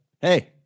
Hey